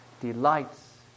delights